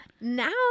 Now